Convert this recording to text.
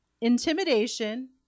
Intimidation